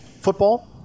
football